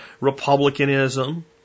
republicanism